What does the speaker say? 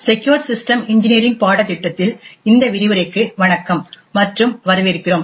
secure system engineering பாடத்திட்டத்தில் இந்த விரிவுரைக்கு வணக்கம் மற்றும் வரவேற்கிறோம்